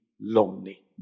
lonely